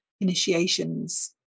initiations